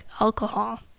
alcohol